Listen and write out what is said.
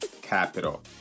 Capital